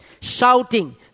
shouting